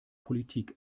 politik